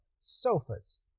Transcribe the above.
sofas